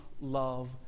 love